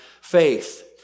faith